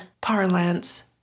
parlance